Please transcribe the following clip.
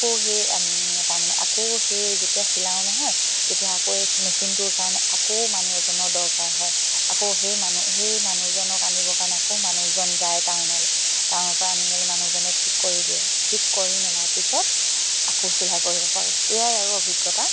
আকৌ সেই তাৰমানে আকৌ সেই যেতিয়া চিলাও নহয় তেতিয়া আকৌ এই মেচিনটোৰ কাৰণে আকৌ মানুহ এজনৰ দৰকাৰ হয় আকৌ সেই মানুহ সেই মানুহজনক আনিবৰ কাৰণে আকৌ মানুহজন যায় টাউনলে টাউনৰ পৰা আনি মেলি মানুহজনে ঠিক কৰি দিয়ে ঠিক কৰি মেলাৰ পিছত আকৌ চিলাই কৰিব পাৰোঁ এয়াই আৰু অভিজ্ঞতা